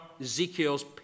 Ezekiel's